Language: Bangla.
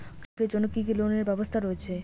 কৃষকদের জন্য কি কি লোনের ব্যবস্থা রয়েছে?